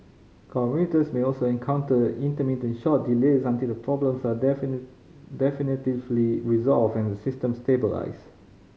commuters may also encounter intermittent short delays until the problems are definitively resolved and the system stabilised